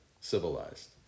civilized